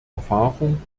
erfahrung